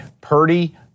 Purdy